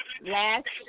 last